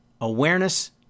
awareness